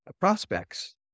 prospects